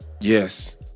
yes